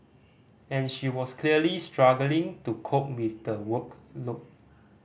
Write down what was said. and she was clearly struggling to cope with the workload